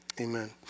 amen